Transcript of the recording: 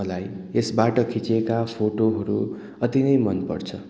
मलाई यसबाट खिचिएका फोटोहरू अति नै मनपर्छ